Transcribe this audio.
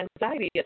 anxiety